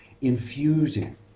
infusing